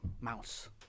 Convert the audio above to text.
mouse